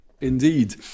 Indeed